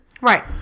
right